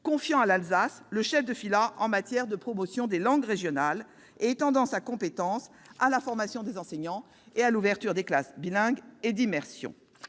confier à l'Alsace le chef de filât en matière de promotion des langues régionales et à étendre sa compétence à la formation des enseignants et à l'ouverture des classes bilingues ou d'immersion.